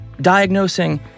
Diagnosing